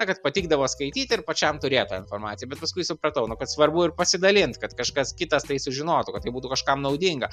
na kad patikdavo skaityt ir pačiam turėt tą informaciją bet paskui supratau nu kad svarbu ir pasidalint kad kažkas kitas tai sužinotų kad tai būtų kažkam naudinga